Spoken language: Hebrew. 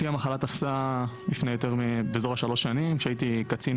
אותי המחלה תפסה לפני שלוש שנים, כשהייתי קצין